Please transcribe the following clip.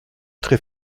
très